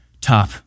top